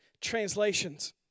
Translations